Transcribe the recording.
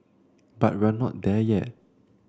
but we're not there yet